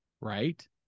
right